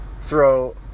throw